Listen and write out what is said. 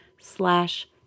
slash